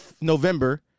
November